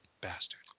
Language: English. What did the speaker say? Bastard